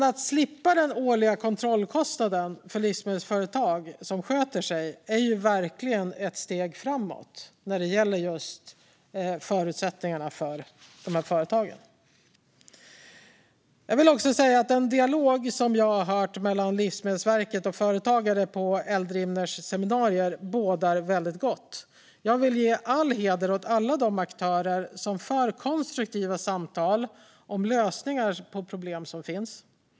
Att livsmedelsföretag som sköter sig ska slippa den årliga kontrollkostnaden är verkligen ett steg framåt när det gäller just förutsättningarna för de företagen. Jag vill också säga att den dialog som jag hört mellan Livsmedelsverket och företagare på Eldrimners seminarier bådar väldigt gott. Jag vill ge all heder åt de aktörer som för konstruktiva samtal om lösningar på problem som finns.